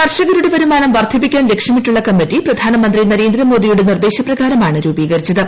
കർഷകരുടെ വരുമാനം വർദ്ധിപ്പിക്കാൻ ലക്ഷ്യമിട്ടുള്ള കമ്മിറ്റി പ്രധാനമന്ത്രി നരേന്ദ്രമോദിയുടെ നിർദ്ദേശപ്രകാരമാണ് രൂപീകരിച്ചത്